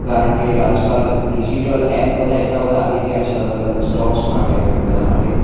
કારણકે આજકાલ digital app બધા એટલા બધા આવી ગયા છે અલગ અલગ સ્ટોક્સ માટે અને બધા માટે